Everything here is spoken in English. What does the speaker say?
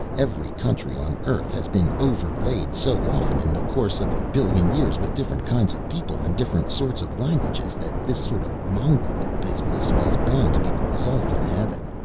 every country on earth has been overlaid so often, in the course of a billion years, with different kinds of people and different sorts of languages, that this sort of mongrel business was bound to be the result in heaven.